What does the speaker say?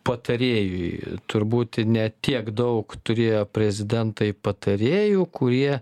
patarėjui turbūt ne tiek daug turėjo prezidentai patarėjų kurie